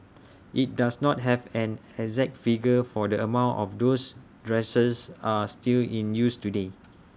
IT does not have an exact figure for the amount of those dressers are still in use today